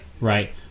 right